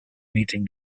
meeting